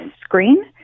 screen